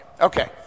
okay